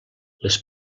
les